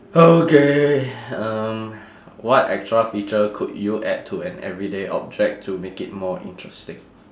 okay um what extra feature could you add to an everyday object to make it more interesting